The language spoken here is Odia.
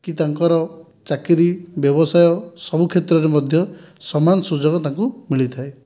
କି ତାଙ୍କର ଚାକିରୀ ବ୍ୟବସାୟ ସବୁ କ୍ଷେତ୍ରରେ ମଧ୍ୟ ସମାନ ସୁଯୋଗ ତାଙ୍କୁ ମିଳିଥାଏ